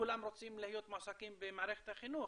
כולם רוצים להיות מועסקים במערכת החינוך,